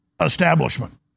establishment